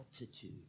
altitude